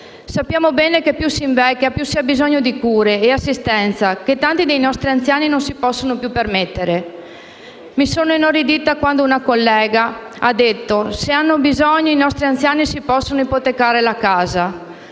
Sappiamo bene che più si invecchia, più si ha bisogno di cure e assistenza, che tanti dei nostri anziani non si possono più permettere. Sono inorridita, quando una deputata collega ha detto che, se hanno bisogno, i nostri anziani si possono ipotecare la casa.